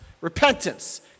repentance